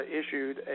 issued